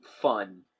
fun